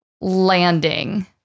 landing